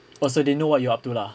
orh so they know what you are up to lah